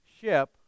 ship